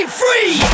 free